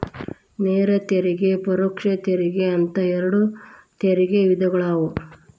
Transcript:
ನೇರ ತೆರಿಗೆ ಪರೋಕ್ಷ ತೆರಿಗೆ ಅಂತ ಎರಡ್ ತೆರಿಗೆ ವಿಧಗಳದಾವ